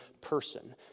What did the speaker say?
person